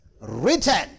written